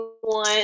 one